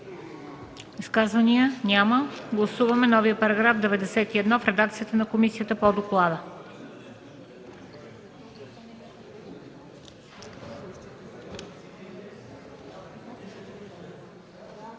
Изказвания? Няма. Гласуваме новия § 89 в редакцията на комисията, по доклада.